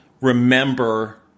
remember